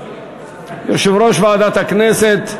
יושב-ראש ועדת הכנסת,